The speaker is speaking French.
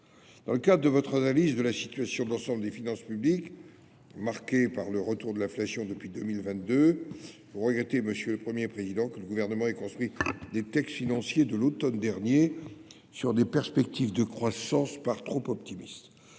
Dans le cadre de votre analyse de la situation d’ensemble des finances publiques, marquée depuis 2022 par le retour de l’inflation, vous regrettez, monsieur le Premier président, que le Gouvernement ait construit les textes financiers de l’automne dernier sur des perspectives de croissance par trop optimistes.